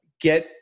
get